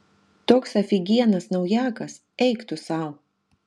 toks afigienas naujakas eik tu sau